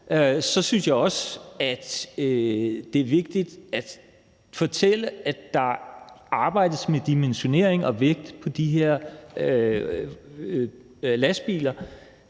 så synes jeg også, det er vigtigt at fortælle, at der arbejdes med dimensionering og vægt på de her lastbiler,